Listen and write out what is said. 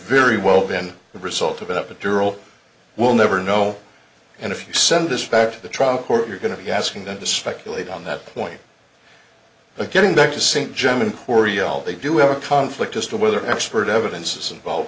very well been the result of up a dural we'll never know and if you send this back to the trial court you're going to be asking them to speculate on that point but getting back to st german koryo all they do have a conflict as to whether expert evidence is involve